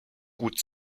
gut